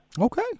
Okay